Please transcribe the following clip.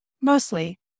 Mostly